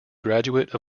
graduate